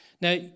Now